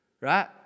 Right